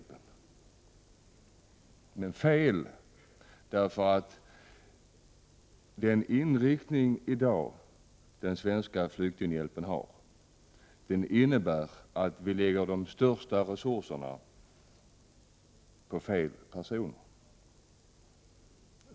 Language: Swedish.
Det är fel därför att den inriktning den svenska flyktinghjälpen har i dag innebär att vi lägger de största resurserna på fel personer.